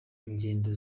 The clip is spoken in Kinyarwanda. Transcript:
ingendo